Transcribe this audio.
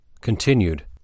continued